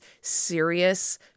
serious